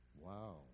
Wow